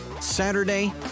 Saturday